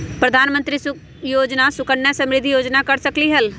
प्रधानमंत्री योजना सुकन्या समृद्धि योजना कर सकलीहल?